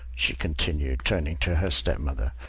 she continued, turning to her stepmother.